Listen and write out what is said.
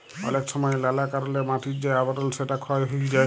অলেক সময় লালা কারলে মাটির যে আবরল সেটা ক্ষয় হ্যয়ে যায়